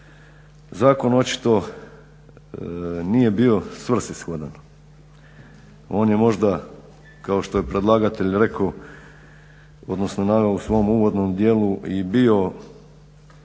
Zakon očito nije bio svrsishodan. On je možda kao što je predlagatelj rekao, odnosno naveo u svom uvodnom dijelu i bio